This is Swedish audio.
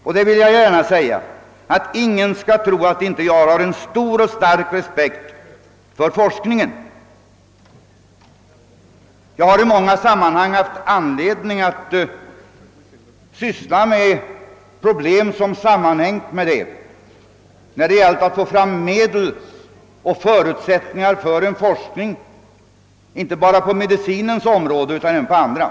Jag vill gärna säga att ingen skall tro att jag inte har stor och stark respekt för forskningen. Jag har i många sammanhang haft anledning att syssla med problem som haft beröring med den, t.ex. när det gällt att få fram medel och andra förutsättningar för forskning, inte bara på medici nens område utan även på andra.